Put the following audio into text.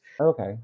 Okay